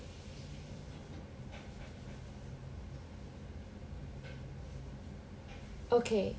okay